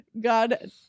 God